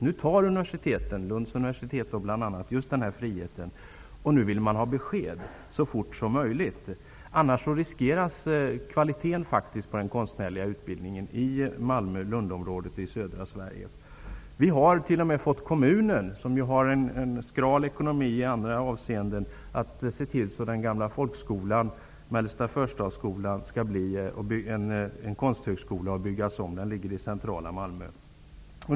Nu tar bl.a. Lunds universitet till sig av denna frihet, och nu vill man ha besked så fort som möjligt. Annars riskeras kvaliteten på den konstnärliga utbildningen i Malmö--Lund-området i södra Sverige. T.o.m. kommunen, som har skral ekonomi i andra avseenden, har sett till att den gamla folkskolan, Mellersta förstadsskolan, skall byggas om till konsthögskola. Den ligger i centrala Malmö.